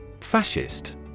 Fascist